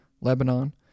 Lebanon